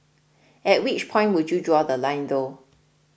at which point would you draw The Line though